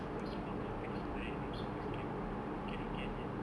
your superpower is flying not super strength you cannot carry anyone